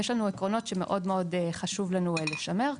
יש לנו עקרונות שמאוד חשוב לנו לשמר.